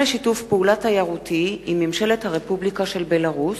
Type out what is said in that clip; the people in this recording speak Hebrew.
לשיתוף פעולה תיירותי עם ממשלת הרפובליקה של בלרוס.